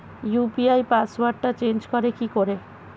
UPI পাসওয়ার্ডটা change করে কি করে?